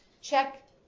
check